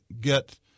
get